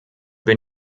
bin